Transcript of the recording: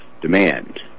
demand